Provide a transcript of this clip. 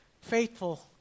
faithful